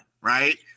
right